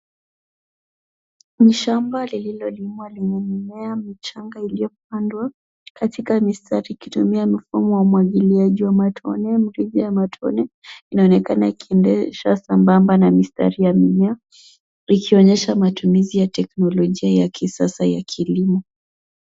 Ni shamba lililolimwa lenye mimea michanga iliyopandwa katika mistari, ikitumia mifumo ya umwagiliaji wa matone, mrija ya matone inaonekana ikiendesha sambamba na mistari ya mimea, ikionyesha matumizi ya teknolojia ya kisasa ya kilimo.